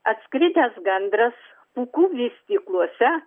atskridęs gandras pūkų vystykluose